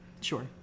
Sure